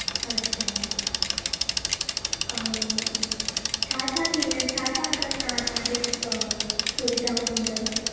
अच्छा ऐं छा छा थी वे छा छा मतलबु तव्हां असांखे सुविधाऊं डींदव